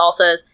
salsas